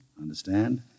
Understand